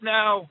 now